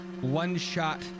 one-shot